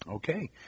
Okay